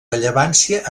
rellevància